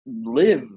live